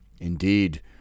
indeed